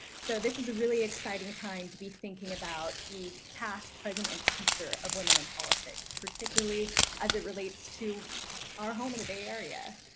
so this is a really exciting time to be thinking about the past, present, and future of women in politics, particularly as it relates to our home in the bay area.